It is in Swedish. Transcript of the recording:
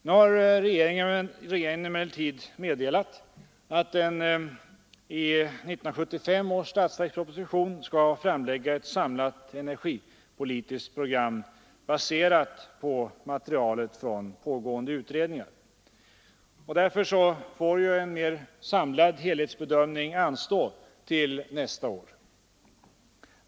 Nu har regeringen emellertid meddelat att den i 1975 års statsverksproposition skall framlägga ett samlat energipolitiskt program, baserat på materialet från pågående utredningar. En mer samlad helhetsbedömning får därför anstå till nästa år.